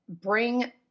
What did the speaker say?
bring